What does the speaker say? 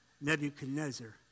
Nebuchadnezzar